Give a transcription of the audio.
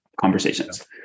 conversations